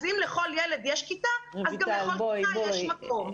אם לכל ילד יש אז גם לכל כיתה יש מקום.